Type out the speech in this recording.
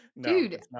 Dude